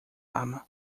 arma